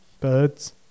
Birds